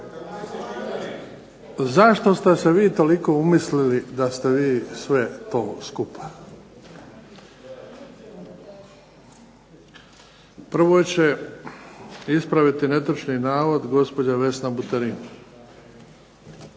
Zašto ste se vi toliko umislili da ste vi sve to skupa? Prvo će ispraviti netočan navod gospođa Vesna Buterin.